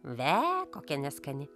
ve kokia neskani